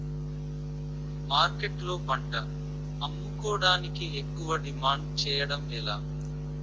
మార్కెట్లో పంట అమ్ముకోడానికి ఎక్కువ డిమాండ్ చేయడం ఎలా?